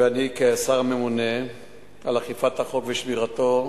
ואני כשר הממונה על אכיפת החוק ושמירתו,